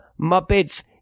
Muppets